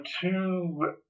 two